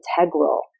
integral